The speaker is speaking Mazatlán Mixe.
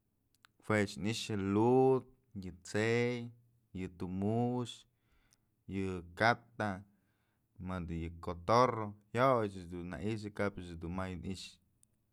Juech ni'ixë yë lud, yë t'sëy, yë tu mu'ux, yë kata, mëdë yë cotorro jayoyëch dun na i'ixë kapch dunmay ni'ixë.